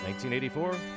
1984